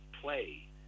play